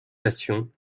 passion